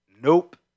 Nope